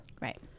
Right